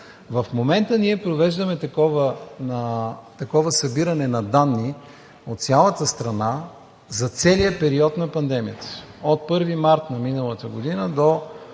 В момента ние провеждаме такова събиране на данни от цялата страна за целия период на пандемията. От 1 март на миналата година до